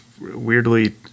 weirdly